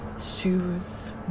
Shoes